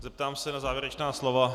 Zeptám se na závěrečná slova.